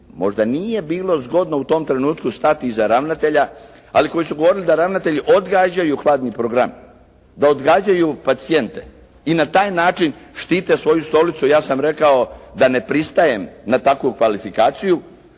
možda nije bilo zgodno u tom trenutku stati iza ravnatelja ali koji su govorili da ravnatelji odgađaju hladni program, da odgađaju pacijente i na taj način štite svoju stolicu. Ja sam rekao da ne pristajem na takvu kvalifikaciju,